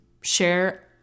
share